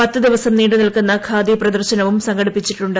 പത്ത് ദിവസം നീണ്ടുനിൽക്കുന്ന ഖാദി പ്രദർശനവും സംഘടിപ്പിച്ചിട്ടുണ്ട്